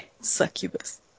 Succubus